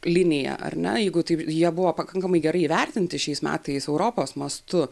linija ar ne jeigu taip jie buvo pakankamai gerai įvertinti šiais metais europos mastu